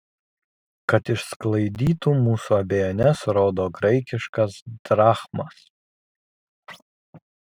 kad išsklaidytų mūsų abejones rodo graikiškas drachmas